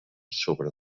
sobre